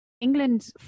england